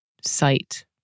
sight